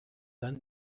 dann